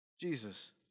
Jesus